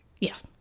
Yes